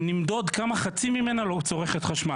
שנמדוד כמה חשמל צורכת חצי מנורה.